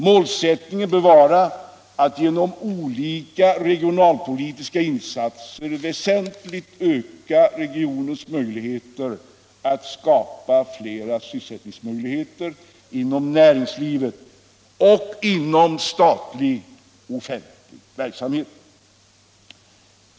Målsättningen bör vara att genom olika regionalpolitiska insatser väsentligt öka regionens möjligheter att skapa flera sysselsättningstillfällen inom näringslivet och inom statlig offentlig verksamhet.